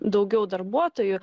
daugiau darbuotojų